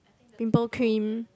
pimple cream